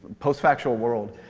post-factual world.